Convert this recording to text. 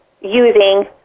using